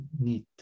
need